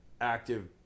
active